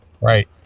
Right